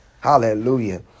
Hallelujah